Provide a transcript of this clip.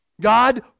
God